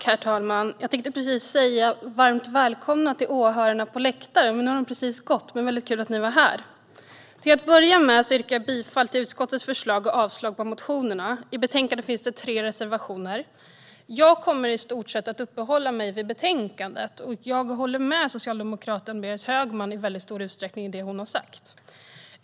Herr talman! Jag tänkte just säga varmt välkomna till åhörarna på läktaren, men nu har de precis gått. Det var väldigt kul att ni var här! Till att börja med yrkar jag bifall till utskottets förslag och avslag på motionerna. I betänkandet finns tre reservationer. Jag kommer i stort sett att uppehålla mig vid betänkandet, och jag håller i stor utsträckning med socialdemokraten Berit Högman om det hon sagt.